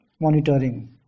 Monitoring